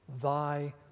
thy